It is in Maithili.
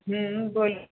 हूँ बोलू